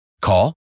Call